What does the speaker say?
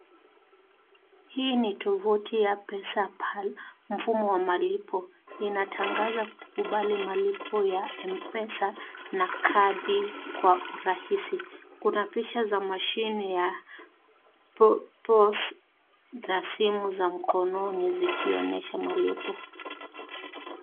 Hii n tovuti ya PesaPal mfumo wa malipo inatangaza kukubali malipo ya M-Pesa na kadi kwa urahisi. Kuna picha za mashine ya Pos za simu ya mkononi zikionyesha malipo.